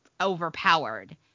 overpowered